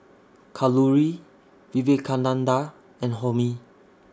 Kalluri Vivekananda and Homi